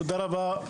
תודה רבה,